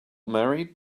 married